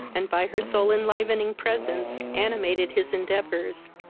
and by her soul-enlivening presence animated his endeavours,